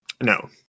No